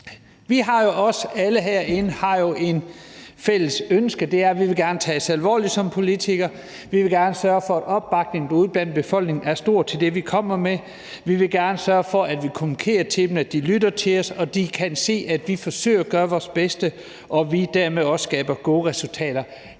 debatter. Alle herinde har et fælles ønske, og det er, at vi gerne vil tages alvorligt som politikere; vi vil gerne sørge for, at opbakningen derude blandt befolkningen er stor til det, vi kommer med; vi vil gerne sørge for, at vi kommunikerer ud til dem, at de lytter til os, og at de kan se, at vi forsøger at gøre vores bedste, så vi dermed også skaber gode resultater.